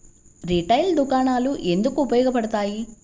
Retail దుకాణాలు ఎందుకు ఉపయోగ పడతాయి?